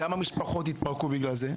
כמה משפחות התפרקו בגלל זה.